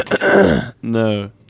No